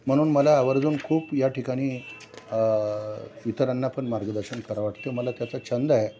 म्हणून मला आवर्जून अजून खूप या ठिकाणी इतरांना पण मार्गदर्शन करा वाटते मला त्याच छंद आहे